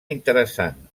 interessant